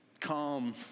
calm